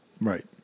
Right